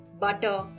butter